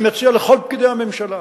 אני מציע לכל פקידי הממשלה,